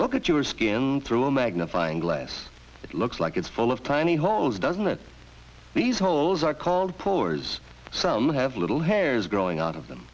look at your skin through a magnifying glass it looks like it's full of tiny holes doesn't it these holes are called pores some have little hairs growing out of them